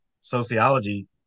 sociology